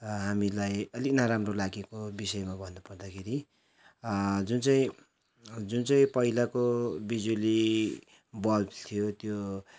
हामीलाई आलिक नराम्रो लागेको विषयमा भन्न पर्दाखेरि जुन चाहिँ जुन चाहिँ पहिलाको बिजुली बल्ब थियो त्यो